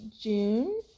June